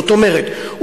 זאת אומרת,